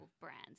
brands